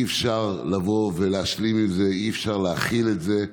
אי-אפשר לבוא ולהשלים עם זה, אי-אפשר להכיל את זה,